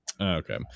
Okay